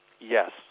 yes